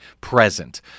present